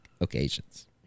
occasions